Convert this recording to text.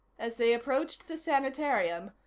as they approached the sanitarium,